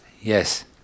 Yes